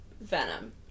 Venom